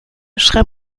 schrieb